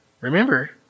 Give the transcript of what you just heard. remember